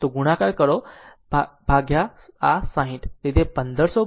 તો ગુણાકાર કરો આ 60